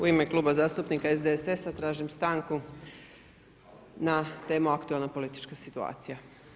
U ime Kluba zastupnika SDSS-a tražim stanku na temu aktualna politička situacija.